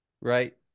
right